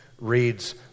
reads